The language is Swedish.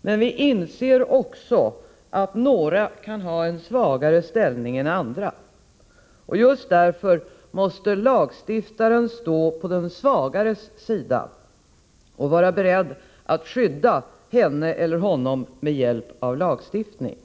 men vi inser också att några kan ha en svagare ställning än andra. Just därför måste lagstiftaren stå på den svagares sida och vara beredd att skydda henne eller honom med hjälp av lagstiftning.